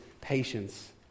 patience